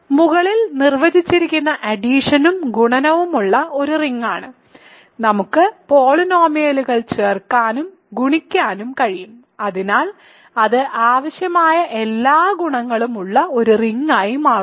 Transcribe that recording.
മുകളിൽ നിർവചിച്ചിരിക്കുന്ന അഡിഷനും ഗുണനവുമുള്ള ഒരു റിങ്ങാണ് നമുക്ക് പോളിനോമിയലുകൾ ചേർക്കാനും ഗുണിക്കാനും കഴിയും അതിനാൽ അത് ആവശ്യമായ എല്ലാ ഗുണങ്ങളും ഉള്ള ഒരു റിങ്ങായി മാറുന്നു